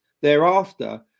thereafter